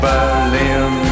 Berlin